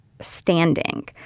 standing